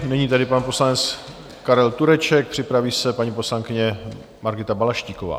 Nyní tedy pan poslanec Karel Tureček, připraví se paní poslankyně Margita Balaštíková.